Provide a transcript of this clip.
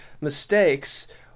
mistakes